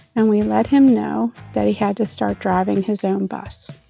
and we let him know that he had to start driving his own bus.